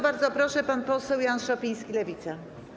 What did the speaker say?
Bardzo proszę, pan poseł Jan Szopiński, Lewica.